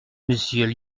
monsieur